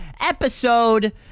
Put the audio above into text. episode